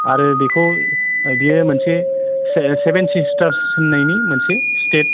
आरो बेखौ बेयो मोनसे से सेभेन सिस्टार्स होन्नायनि मोनसे स्टेट